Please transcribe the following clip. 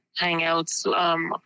hangouts